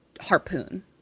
harpoon